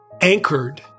anchored